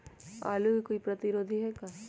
आलू के कोई प्रतिरोधी है का?